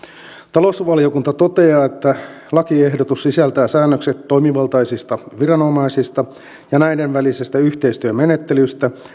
talousvaliokunta toteaa että lakiehdotus sisältää säännökset toimivaltaisista viranomaisista ja näiden välisestä yhteistyömenettelystä